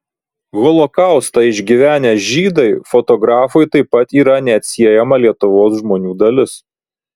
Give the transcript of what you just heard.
holokaustą išgyvenę žydai fotografui taip pat yra neatsiejama lietuvos žmonių dalis